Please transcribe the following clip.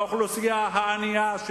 האוכלוסייה הענייה,